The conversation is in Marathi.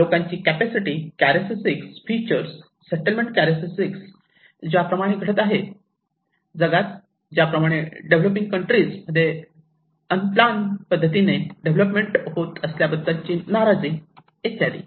लोकांची capacity characteristics feature settlement characteristics ज्याप्रकारे ते घडत आहे जगात ज्याप्रमाणे डेव्हलपिंग कंट्रीज मध्ये अनप्लान पद्धतीने डेव्हलपमेंट होत असल्याबद्दलची नाराजी इत्यादी